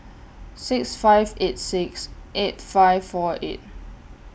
six five eight six eight five four eight